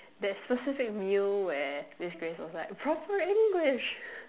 that specific meal where miss grace was like proper English